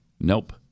Nope